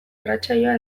irratsaioa